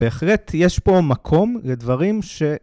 בהחלט יש פה מקום לדברים ש...